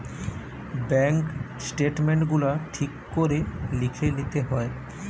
bank statement গুলা ঠিক করে লিখে লিতে হয়